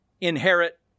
inherit